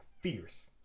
fierce